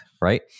Right